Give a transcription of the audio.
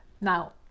now